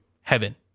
heaven